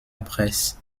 presse